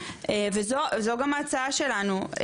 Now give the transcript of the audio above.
וזו גם ההצעה שלנו,